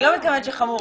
אני לא אומרת שחמור,